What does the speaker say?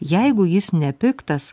jeigu jis nepiktas